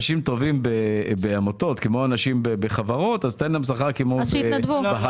500501945 העמותה לקידום הכדורגל בטבריה 580401339